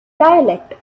dialect